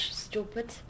stupid